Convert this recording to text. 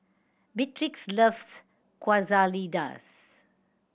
Beatrix loves Quesadillas